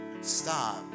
stop